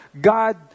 God